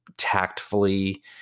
tactfully